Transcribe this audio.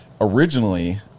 originally